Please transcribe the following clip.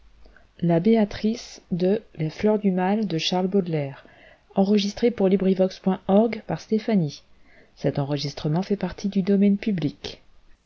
les fleurs du mal ne